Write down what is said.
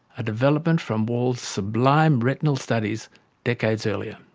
a development from wald's sublime retinal studies decades earlier.